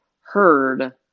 heard